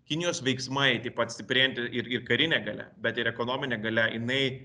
kinijos veiksmai taip pat stiprėjanti ir ir karinė galia bet ir ekonominė galia jinai